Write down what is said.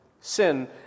sin